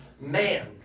man